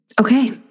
Okay